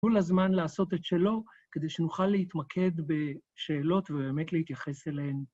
תנו לזמן לעשות את שלו כדי שנוכל להתמקד בשאלות ובאמת להתייחס אליהן.